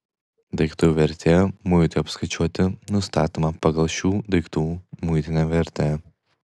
daiktų vertė muitui apskaičiuoti nustatoma pagal šių daiktų muitinę vertę